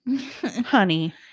honey